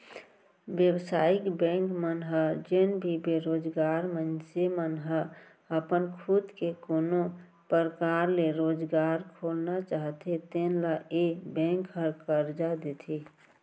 बेवसायिक बेंक मन ह जेन भी बेरोजगार मनसे मन ह अपन खुद के कोनो परकार ले रोजगार खोलना चाहते तेन ल ए बेंक ह करजा देथे